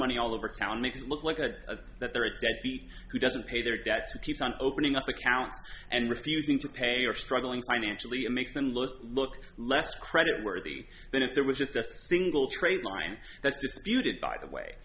money all over town makes it look like a that there are deadbeat who doesn't pay their debts who keeps on opening up accounts and refusing to pay or struggling financially it makes them look look less credit worthy than if there was just a single trade line that's disputed by the way